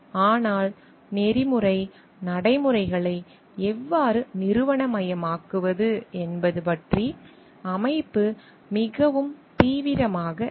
ஆனால் நெறிமுறை நடைமுறைகளை எவ்வாறு நிறுவனமயமாக்குவது என்பது பற்றி அமைப்பு மிகவும் தீவிரமாக இல்லை